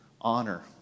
honor